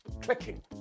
clicking